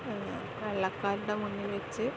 വെള്ളക്കാരൻ്റെ മുന്നിൽ വെച്ച്